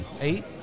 Eight